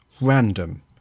random